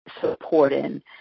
supporting